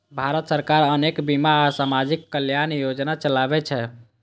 भारत सरकार अनेक बीमा आ सामाजिक कल्याण योजना चलाबै छै